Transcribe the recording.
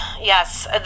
yes